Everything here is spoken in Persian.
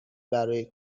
برای